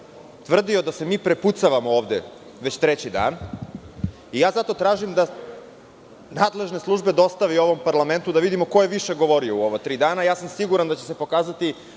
Tvrdio je da se mi prepucavamo ovde već treći dan i zato tražim da nadležne službe dostave ovom parlamentu da vidimo ko je više govorio u ova tri dana. Ja sam siguran da će se pokazati